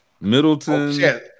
Middleton